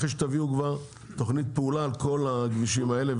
אחרי שכבר תביאו תכנית פעולה על כל הכבישים האלה,